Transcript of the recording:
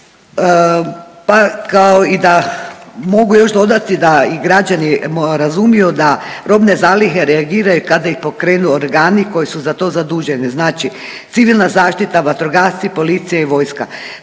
Pa kao i da mogu još dodati da građani razumiju da robne zalihe reagiraju kada ih pokrenu organi koji su za to zaduženi, znači civilna zaštita, vatrogasci, policija i vojska.